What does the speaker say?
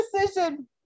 decision